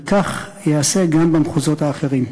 וכך ייעשה גם במחוזות האחרים.